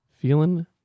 feeling